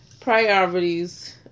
Priorities